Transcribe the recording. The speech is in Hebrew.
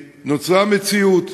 נוצרה מציאות